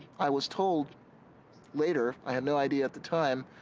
i was told later, i had no idea at the time,